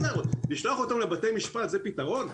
לשלוח אותם לבתי משפט זה פתרון?